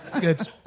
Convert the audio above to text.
Good